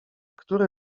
który